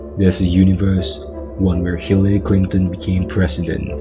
there's a universe one where hillary clinton became president